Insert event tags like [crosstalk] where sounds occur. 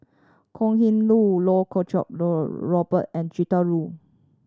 Kok Heng Leun Loh Choo [unintelligible] Robert and Gretchen Liu